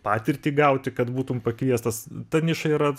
patirtį gauti kad būtum pakviestas ta niša yra